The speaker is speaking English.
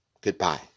Goodbye